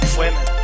women